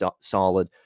solid